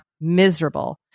miserable